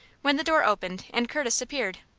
when the door opened and curtis appeared.